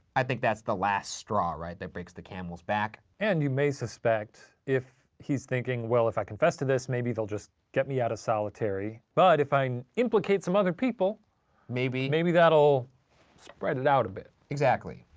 i think that's the last straw, right, that breaks the camel's back. and you may suspect if he's thinking, well, if i confess to this, maybe they'll just get me out of solitary, but if i implicate some other people maybe. maybe that'll spread it out a bit. exactly.